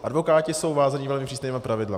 Advokáti jsou vázáni velmi přísnými pravidly.